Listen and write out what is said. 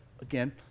again